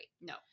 No